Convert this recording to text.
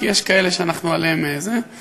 כי יש כאלה שעליהן אנחנו,